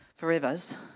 Forevers